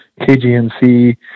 KGNC